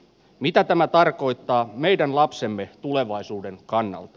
mitä tämä tarkoittaa meidän lapsemme tulevaisuuden kannalta